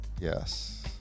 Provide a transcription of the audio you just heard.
Yes